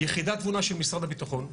יחידת תבונה של משרד הביטחון,